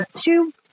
two